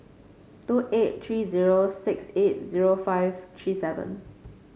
two eight three zero six eight zero five three seven